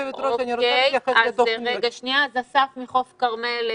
אז אסיף מחוף הכרמל,